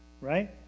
Right